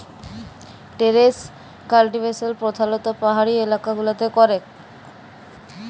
terrace cultivation প্রধালত্ব পাহাড়ি এলাকা গুলতে ক্যরাক হ্যয়